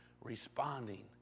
responding